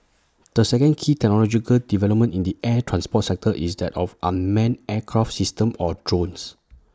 the second key technological development in the air transport sector is that of unmanned aircraft systems or drones